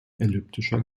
elliptischer